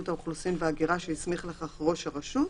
האוכלוסין וההגירה שהסמיך לכך ראש הרשות.